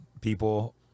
people